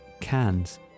cans